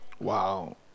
Wow